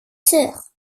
sœurs